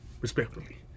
respectfully